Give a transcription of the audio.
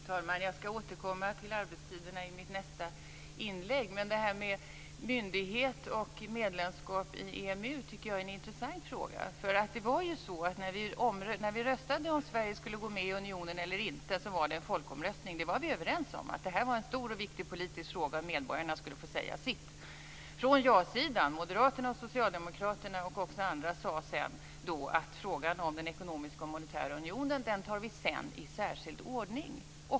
Fru talman! Jag ska återkomma till arbetstiderna i mitt nästa inlägg. Men frågan om myndighet och medlemskap i EMU tycker jag är intressant. Vi röstade om huruvida Sverige skulle gå med i unionen eller inte. Det var en folkomröstning. Vi var vi överens om att det var en stor och viktig politisk fråga och att medborgarna skulle få säga sitt. Från ja-sidan - moderaterna, socialdemokraterna och också andra - sade man då att frågan om den ekonomiska och monetära unionen skulle tas sedan i särskild ordning.